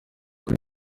kuri